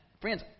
Friends